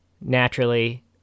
naturally